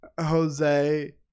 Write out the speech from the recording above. Jose